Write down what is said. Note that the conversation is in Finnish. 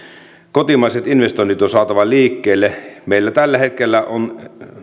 kotimaiset investoinnit on saatava liikkeelle meillä tällä hetkellä on